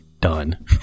Done